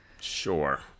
Sure